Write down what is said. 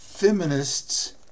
feminists